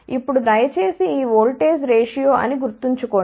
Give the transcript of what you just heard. ఇప్పుడు దయచేసి ఇది ఓల్టేజ్ రేషియో అని గుర్తుంచుకోండి